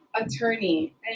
attorney